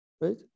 right